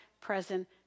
present